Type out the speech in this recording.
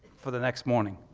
for the next morning.